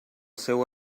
seu